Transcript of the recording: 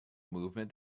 movement